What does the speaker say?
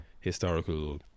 historical